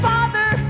Father